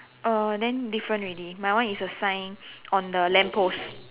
uh then different already my one is a sign on the lamp post